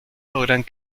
logran